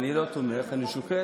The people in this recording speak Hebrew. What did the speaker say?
אני לא תומך, אני שוקל